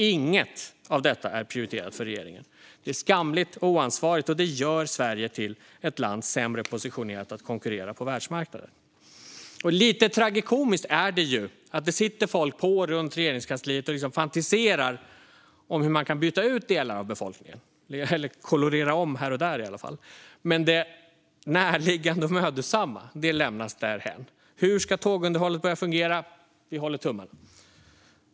Inget av detta är prioriterat för regeringen. Det är skamligt och oansvarigt, och det gör Sverige till ett land som är sämre positionerat att konkurrera på världsmarknaden. Lite tragikomiskt är det att det sitter folk på och runt Regeringskansliet och liksom fantiserar om hur man kan byta ut delar av befolkningen eller i alla fall kolorera om här och där, medan det närliggande och mödosamma lämnas därhän. Hur ska tågunderhållet börja fungera? Vi håller tummarna.